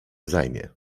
zajmie